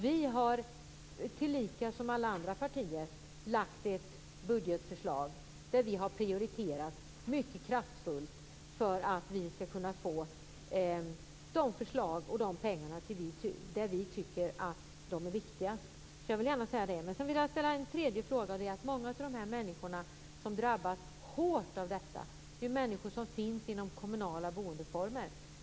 Vi har som alla andra partier lagt fram ett budgetförslag där vi mycket kraftfullt har prioriterat för att vi skall kunna ha pengar att genomföra de förslag som vi tycker är viktigast. Jag vill gärna säga det. Sedan vill jag ställa en fråga. Många av de människor som drabbas hårt av detta är människor som finns i kommunala boendeformer.